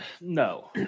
no